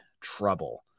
trouble